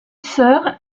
sœur